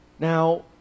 Now